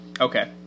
Okay